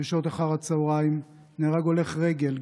בשעות אחר הצוהריים נהרג הולך רגל,